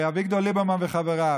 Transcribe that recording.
לאביגדור ליברמן וחבריו: